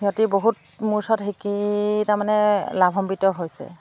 সিহঁতি বহুত মোৰ ওচৰত শিকি তাৰমানে লাভম্বিত হৈছে